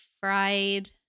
fried